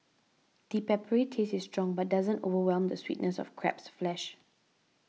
the peppery taste is strong but doesn't overwhelm the sweetness of crab's flesh